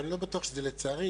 אבל אני לא בטוח שזה לצערי.